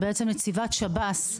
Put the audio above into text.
נציבת שב"ס,